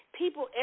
people